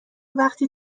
وقتی